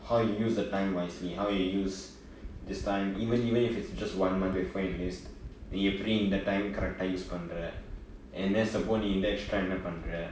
how you use the time wisely how you use this time even even if it's just one month before you enlist நீ எப்படி இந்த:nee eppadi intha time correct use பன்ர:pandra N_S அப்பொ நீ என்ன பன்ர:appo nee enna pandra